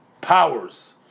powers